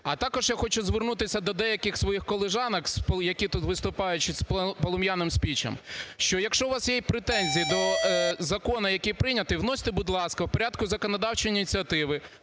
А також я хочу звернутися до деяких своїх колежанок, які тут виступають з полум'яним спічем, що якщо у вас є претензії до закону, який прийнятий, вносьте, будь ласка, в порядку законодавчої ініціативи